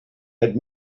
had